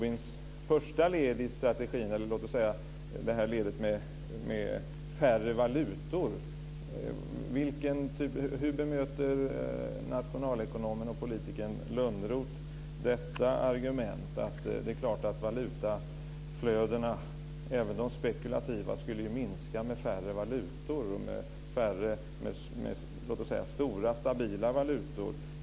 I fråga om Tobins led med färre valutor, hur bemöter nationalekonomen och politikern Lönnroth detta argument att det är klart att valutaflödena, även de spekulativa, skulle minska med färre valutor och med stora stabila valutor?